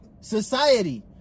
Society